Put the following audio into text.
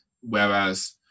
Whereas